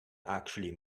actually